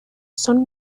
son